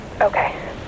Okay